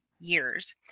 years